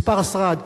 מספר שרד,